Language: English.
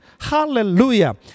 Hallelujah